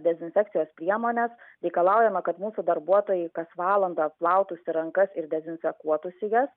dezinfekcijos priemonės reikalaujama kad mūsų darbuotojai kas valandą plautųsi rankas ir dezinfekuotųsi jas